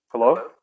Hello